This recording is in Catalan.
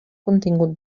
contingut